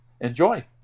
enjoy